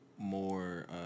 more